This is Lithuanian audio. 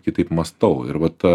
kitaip mąstau ir vat